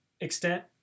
extent